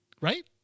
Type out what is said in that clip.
Right